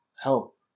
help